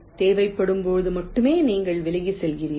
தேவைப்படும்போது மட்டுமே நீங்கள் விலகிச் செல்கிறீர்கள்